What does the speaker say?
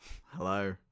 Hello